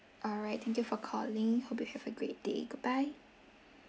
alright thank you for calling hope you have a great day goodbye